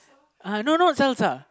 uh no no salsa